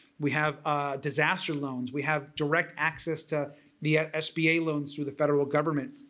we have ah disaster loans, we have direct access to the sba loans through the federal government,